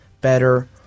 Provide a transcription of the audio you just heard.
better